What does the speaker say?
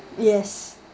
yes